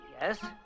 yes